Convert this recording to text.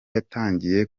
yatangiye